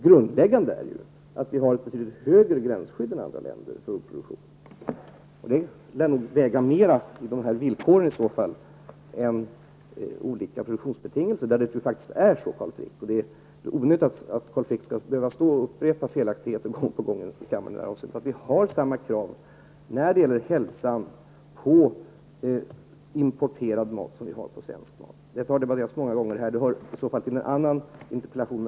Grundläggande är ju att vi har ett betydligt högre gränsskydd än andra länder, och det lär väga mera i villkoren än olika produktionsbetingelser. I det avseendet är det också så, Carl Frick, att vi har samma krav ur hälsoskyddssynpunkt på importerad mat som på svenskproducerad mat. Det är onödigt att Carl Frick gång på gång upprepar felaktigheter här i kammaren på den punkten. Vi ställer samma hälsokrav på importerad mat som på svensk mat. Detta har debatterats många gånger här i riksdagen, men hör inte hemma under denna interpellation.